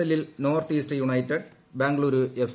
എല്ലിൽ north east united Bengaluru F